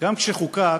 גם כשחוקק,